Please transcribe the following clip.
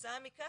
כתוצאה מכך,